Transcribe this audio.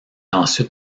ensuite